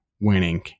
winning